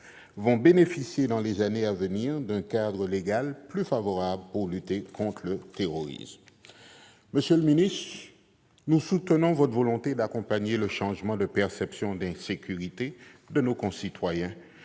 vont bénéficier dans les années à venir d'un cadre légal plus favorable pour lutter contre le terrorisme. Monsieur le secrétaire d'État, nous soutenons votre volonté d'accompagner le changement de perception d'insécurité de nos concitoyens,